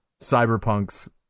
cyberpunk's